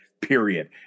period